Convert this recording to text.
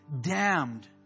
damned